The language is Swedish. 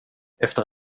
efter